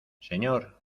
señor